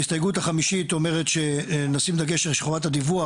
ההסתייגות החמישית אומרת שנשים דגש על חובת הדיווח